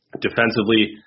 defensively